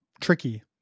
tricky